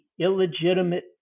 illegitimate